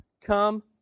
come